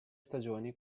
stagioni